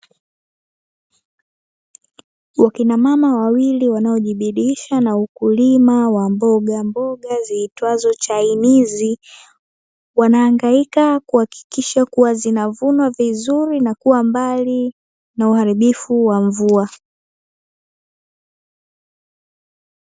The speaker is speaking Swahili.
Wakina mama wawili wanaojibidiisha na ukulima wa mboga mboga ziitwazo chainizi, wanaangaika kuhakikisha zinavuna vizuri na kuwa mbali na uharibifu wa mvua.